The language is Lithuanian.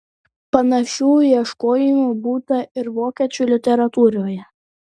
panašių ieškojimų būta ir vokiečių literatūroje